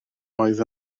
oedd